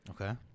Okay